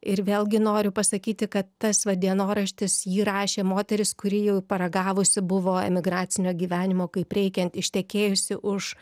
ir vėlgi noriu pasakyti kad tas va dienoraštis jį rašė moteris kuri jau paragavusi buvo emigracinio gyvenimo kaip reikiant ištekėjusi už